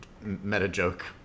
meta-joke